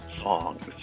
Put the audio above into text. songs